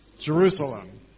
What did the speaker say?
Jerusalem